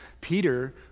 Peter